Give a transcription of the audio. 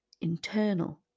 Internal